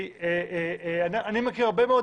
אני מכיר הרבה מאוד